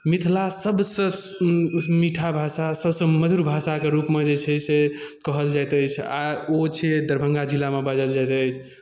मिथिला सभसँ सुन् मीठा भाषा सभसँ मधुर भाषाके रूपमे जे छै से कहल जाइत अछि आ ओ छियै दरभंगा जिलामे बाजल जाइत अछि